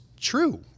true